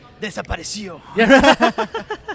desapareció